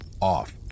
off